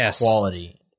quality